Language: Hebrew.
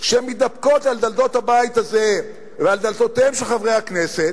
שמתדפקות על דלתות הבית הזה ועל דלתותיהם של חברי הכנסת?